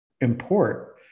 import